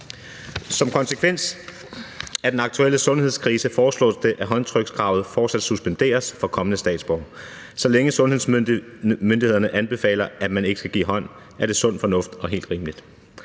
Som konsekvens af den aktuelle sundhedskrise foreslås det, at håndtrykskravet fortsat suspenderes for kommende statsborgere. Så længe sundhedsmyndighederne anbefaler, at man ikke skal give hånd, er det sund fornuft og helt rimeligt.